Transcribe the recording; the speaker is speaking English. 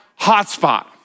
hotspot